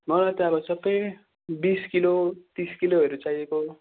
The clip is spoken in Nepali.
मलाई त अब सबै बिस किलो तिस किलोहरू चाहिएको